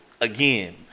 again